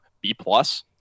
B-plus